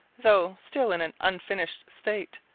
though still in an unfinished state,